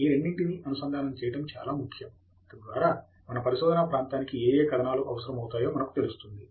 ఈ రెండింటినీ అనుసంధానం చేయటం చాలా ముఖ్యం తద్వారా మన పరిశోధనా ప్రాంతానికి ఏ ఏ కథనాలు అవసరమవుతాయో మనకు తెలుస్తుంది